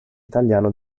italiano